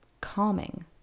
calming